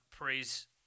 praise